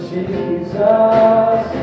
Jesus